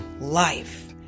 life